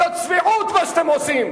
זו צביעות, מה שאתם עושים.